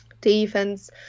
defense